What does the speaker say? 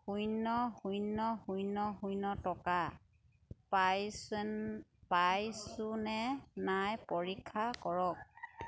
শূন্য শূন্য শূন্য শূন্য টকা পাইছো পাইছোনে নাই পৰীক্ষা কৰক